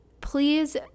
please